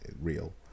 real